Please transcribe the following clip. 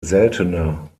seltener